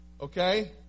okay